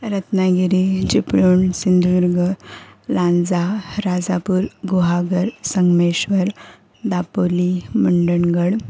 Ratnagiri Chiplun Sindhudurg Lanja Rajapur Guhagar Sangameshwar Dapoli Mandangad